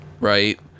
right